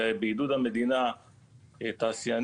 שבעידוד המדינה תעשיינים,